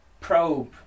probe